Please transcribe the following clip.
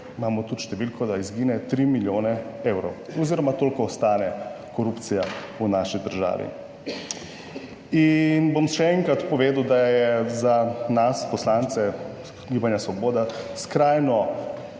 imamo tudi številko, da izgine 3 milijone evrov oziroma toliko stane korupcija v naši državi. In bom še enkrat povedal, da je za nas poslance Gibanja svoboda skrajno,